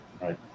Right